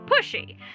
Pushy